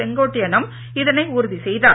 செங்கோட்டையனும் இதனை உறுதி செய்தார்